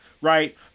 Right